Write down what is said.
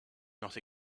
not